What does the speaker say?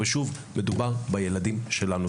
ושוב מדובר בילדים שלנו.